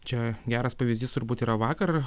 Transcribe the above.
čia geras pavyzdys turbūt yra vakar